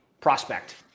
prospect